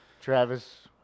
Travis